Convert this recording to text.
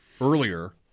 earlier